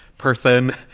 person